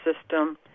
system